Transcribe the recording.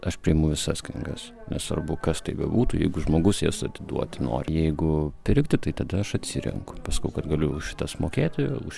aš priimu visas knygas nesvarbu kas tai bebūtų jeigu žmogus jas atiduoti nori jeigu pirkti tai tada aš atsirenku pasakau kad galiu už šitas sumokėti už